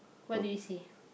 what do you see